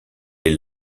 est